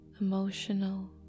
emotional